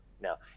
No